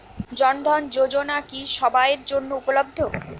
জন ধন যোজনা কি সবায়ের জন্য উপলব্ধ?